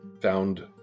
found